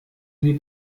die